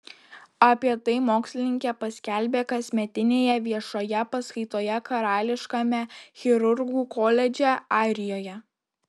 apie tai mokslininkė paskelbė kasmetinėje viešoje paskaitoje karališkame chirurgų koledže airijoje